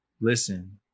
Listen